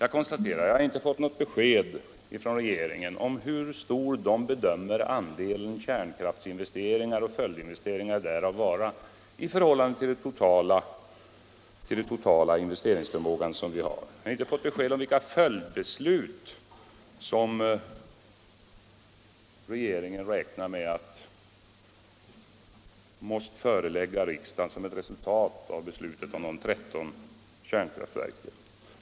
Jag konstaterar: Jag har inte fått något besked från regeringen om hur stor regeringen bedömer andelen kärnkraftsinvesteringar och följdinvesteringar vara i förhållande till den totala investeringsförmågan. Jag har inte fått något besked om vilka följdförslag regeringen räknar med att den måste förelägga riksdagen som ett resultat av beslutet om de 13 kärnkraftverken.